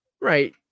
Right